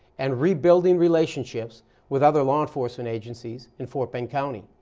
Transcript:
and rebuilding relationships with other law enforcement agencies in fort bend county.